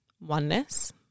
oneness